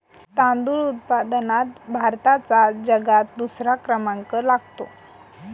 तांदूळ उत्पादनात भारताचा जगात दुसरा क्रमांक लागतो